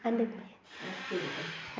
അന്ത്